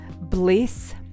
bliss